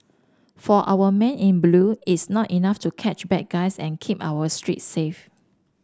for our men in blue it's not enough to catch bad guys and keep our streets safe